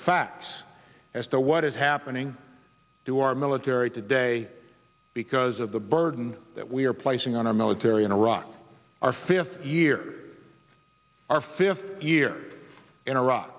facts as to what is happening to our military today because of the burden that we are placing on our military in iraq our fifth year our fifth year in iraq